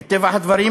מטבע הדברים,